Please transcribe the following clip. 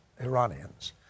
Iranians